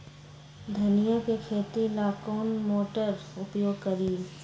धनिया के खेती ला कौन मोटर उपयोग करी?